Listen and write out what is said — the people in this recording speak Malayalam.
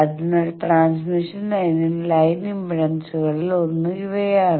അതിനാൽ ട്രാൻസ്മിഷൻ ലൈനിൽ ലൈൻ ഇംപെഡൻസുകളിൽ ഒന്ന് ഇവയാണ്